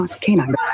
canine